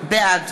בעד